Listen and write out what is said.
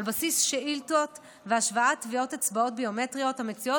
בסיס שאילתות והשוואת טביעות אצבעות ביומטריות המצויות